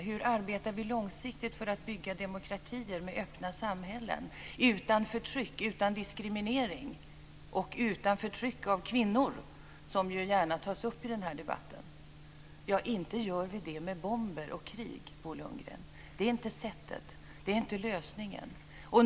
Hur arbetar vi långsiktigt för att bygga demokratier med öppna samhällen utan förtryck, utan diskriminering och utan förtryck av kvinnor, som ju gärna tas upp i den här debatten? Ja, inte gör vi det med bomber och krig, Bo Lundgren. Det är inte sättet, det är inte lösningen.